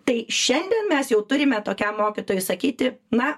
tai šiandien mes jau turime tokiam mokytojui sakyti na